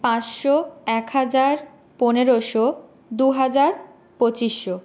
পাঁচশো এক হাজার পনেরোশো দুহাজার পঁচিশশো